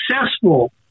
successful